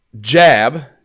Jab